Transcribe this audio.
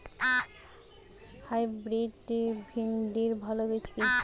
Hybrid ভিন্ডির ভালো বীজ কি?